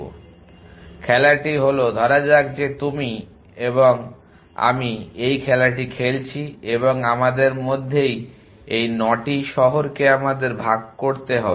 সুতরাং খেলাটি হলো ধরা যাক যে তুমি এবং আমি এই খেলাটি খেলছি এবং আমাদের মধ্যেই এই 9টি শহরকে আমাদের ভাগ করতে হবে